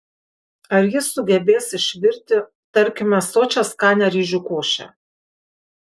ar jis sugebės išvirti tarkime sočią skanią ryžių košę